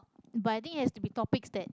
but I think it has to be topics that